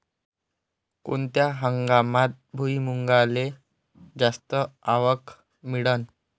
कोनत्या हंगामात भुईमुंगाले जास्त आवक मिळन?